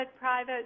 private